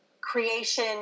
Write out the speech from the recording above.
creation